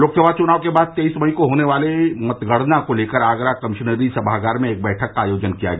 लोकसभा चुनाव के बाद तेईस मई को होने वाली मतगणना को लेकर आगरा कमिश्नरी सभागार में एक बैठक का आयोजन किया गया